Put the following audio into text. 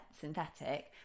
synthetic